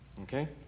Okay